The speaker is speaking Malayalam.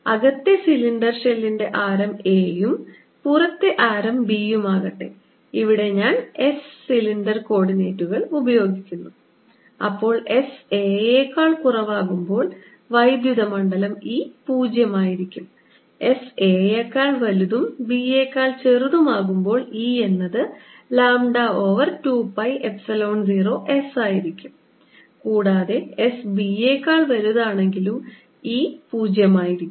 അകത്തെ സിലിണ്ടർ ഷെല്ലിന്റെ ആരം a യും പുറത്തെ ഷെല്ലിന്റെ ആരം b യും ആകട്ടെ ഇവിടെ ഞാൻ s സിലിണ്ടർ കോർഡിനേറ്റുകൾ ഉപയോഗിക്കുന്നു അപ്പോൾ s a യെക്കാൾ കുറവാകുമ്പോൾ വൈദ്യുത മണ്ഡലം E പൂജ്യമായിരിക്കും s a യെക്കാൾ വലുതും b യെക്കാൾ ചെറുതും ആകുമ്പോൾ E എന്നത് lambda over 2 pi epsilon 0 s ആയിരിക്കും കൂടാതെ s b യെക്കാൾ വലുതാണെങ്കിലും E പൂജ്യമായിരിക്കും